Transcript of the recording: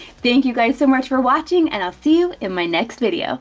thank you guys so much for watching, and i'll see you in my next video.